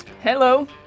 Hello